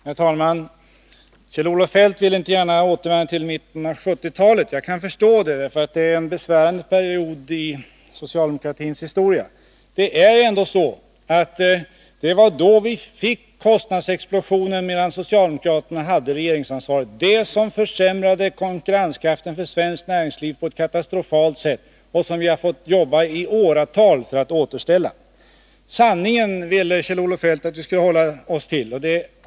Herr talman! Kjell-Olof Feldt vill inte gärna återvända till mitten av 1970-talet. Det kan jag förstå. Det är ju en besvärande period i socialdemokratins historia. Det är ju ändå så att vi fick kostnadsexplosionen då socialdemokraterna hade ansvaret. Det var anledningen till att konkurrenskraften för svenskt näringsliv på ett katastrofalt sätt försämrades. Vi har fått jobba i åratal för att återställa den. Kjell-Olof Feldt ville att vi skulle hålla oss till sanningen.